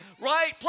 right